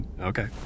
Okay